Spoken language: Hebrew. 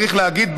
צריך להגיד,